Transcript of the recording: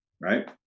right